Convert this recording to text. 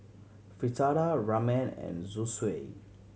Fritada Ramen and Zosui